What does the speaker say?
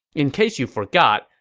in case you forgot,